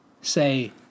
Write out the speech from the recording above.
say